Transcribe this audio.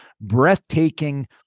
breathtaking